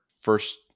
First